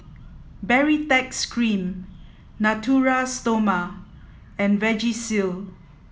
baritex cream Natura Stoma and Vagisil